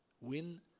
win